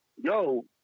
yo